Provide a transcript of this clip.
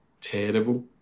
terrible